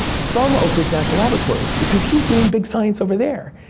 from oak ridge national laboratory, because he's doing big science over there.